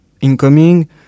incoming